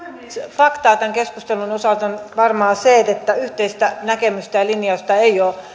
faktaa tämän keskustelun osalta on nyt varmaan se että yhteistä näkemystä ja linjausta ei ole